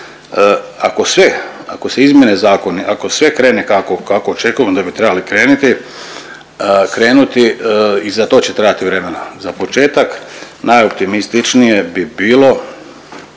Ako sve, ako se izmijene zakoni, ako sve krene kako očekujemo da bi trebali krenuti i za to će trebati vremena. Za početak najoptimističnije bi bilo